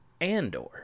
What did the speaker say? Andor